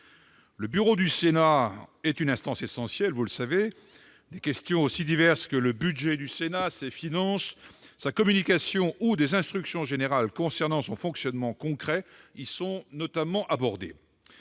Le bureau du Sénat est une instance essentielle, vous le savez, mes chers collègues. Des questions aussi diverses que le budget du Sénat, ses finances, sa communication ou des instructions générales concernant son fonctionnement concret y sont notamment abordées.